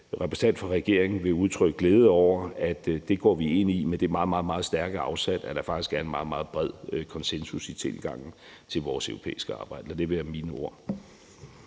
repræsentant for regeringen vil udtrykke glæde over, at det går vi ind i med det meget, meget stærke afsæt, at der faktisk er en meget, meget bred konsensus i tilgangen til vores europæiske arbejde. Lad det være mine ord.